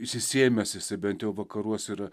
išsisėmęs jisai bent jau vakaruose yra